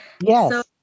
Yes